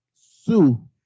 sue